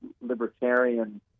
libertarian